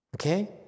Okay